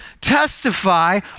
testify